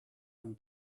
from